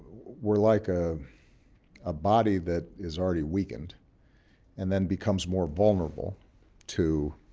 we're like a ah body that is already weakened and then becomes more vulnerable to